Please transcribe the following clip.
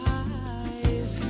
eyes